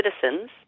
citizens